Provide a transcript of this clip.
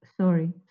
Sorry